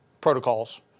protocols